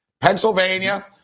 Pennsylvania